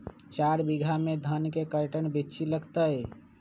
चार बीघा में धन के कर्टन बिच्ची लगतै?